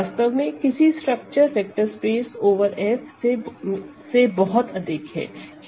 वास्तव में इसकी structure vector space over F से बहुत अधिक है